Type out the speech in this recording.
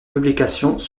publications